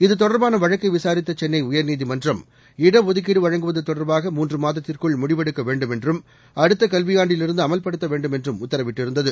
இத்தொடர்பான வழக்கை விசாரித்த சென்னை உயர்நீதிமன்றம் இடஒதுக்கீடு வழங்குவது தொடர்பாக மூன்று மாதத்திற்குள் முடிவெடுக்க வேண்டும் என்றும் அடுத்த கல்வியாண்டிலிருந்து அமல்படுத்த வேண்டும் என்றும் உத்தரவிட்டிருந்தது